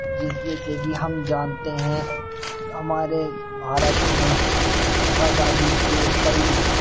جس جیسے کہ ہم جانتے ہیں ہمارے بھارت میں آزادی کے کئی